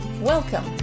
welcome